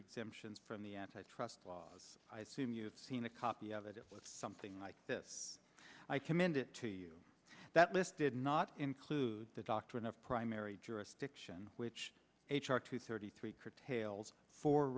exemptions from the antitrust laws i assume you in a copy of it it was something like this i commend it to you that list did not include the doctrine of primary jurisdiction which h r two thirty three curtails for